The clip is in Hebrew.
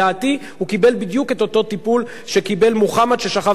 הוא קיבל בדיוק את אותו טיפול שקיבל מוחמד ששכב מיטה לידו.